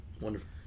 Wonderful